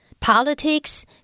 Politics